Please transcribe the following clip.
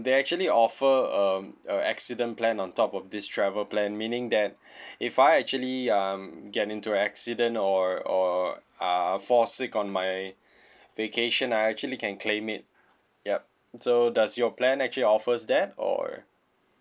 they actually offer um a accident plan on top of this travel plan meaning that if I actually um get into an accident or or uh fall sick on my vacation I actually can claim it yup so does your plan actually offers that or